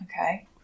Okay